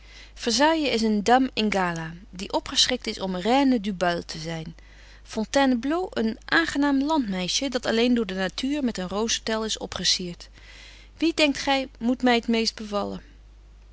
versailles is een dame in gala die opgeschikt is om reine du bal te zyn fontainebetje wolff en aagje deken historie van mejuffrouw sara burgerhart bleau een aangenaam landmeisje dat alleen door de natuur met een rozentuil is opgesiert wie denkt gy moet my t meest bevallen